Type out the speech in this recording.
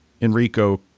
Enrico